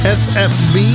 sfb